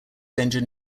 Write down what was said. engine